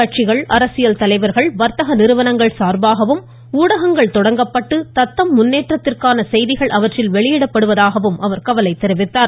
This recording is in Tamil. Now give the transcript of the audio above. கட்சிகள் அரசியல் தலைவர்கள் வர்த்தக நிறுவனங்கள் சார்பாகவும் ஊடகங்கள் தொடங்கப்பட்டு தத்தம் முன்னேற்றத்திற்காக செய்திகள் அவற்றில் வெளியிடப்படுவதாக அவர் கவலை தெரிவித்தார்